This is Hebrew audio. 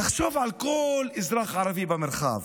תחשוב על כל אזרח ערבי במרחב.